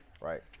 Right